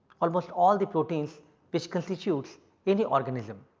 almost all the proteins which constitutes any organism.